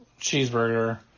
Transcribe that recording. cheeseburger